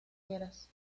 quieras